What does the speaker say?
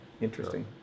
interesting